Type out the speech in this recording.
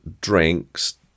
drinks